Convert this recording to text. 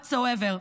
whatsoever,